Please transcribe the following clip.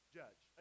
judge